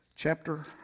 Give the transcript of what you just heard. Chapter